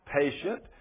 patient